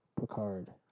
Picard